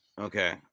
Okay